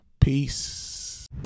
Peace